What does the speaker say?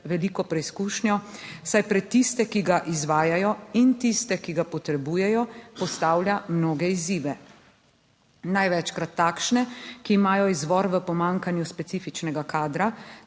veliko preizkušnjo, saj pred tiste, ki ga izvajajo, in tiste, ki ga potrebujejo, postavlja mnoge izzive največkrat takšne, ki imajo izvor v pomanjkanju specifičnega kadra,